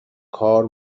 کار